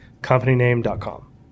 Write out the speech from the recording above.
companyname.com